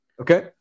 Okay